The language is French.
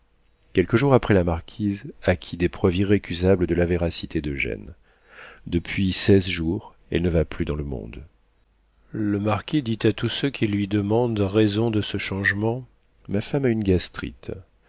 quelques jours après la marquise acquit des preuves irrécusables de la véracité d'eugène depuis seize jours elle ne va plus dans le monde le marquis dit à tous ceux qui lui demandent raison de ce changement ma femme a une gastrite